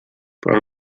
però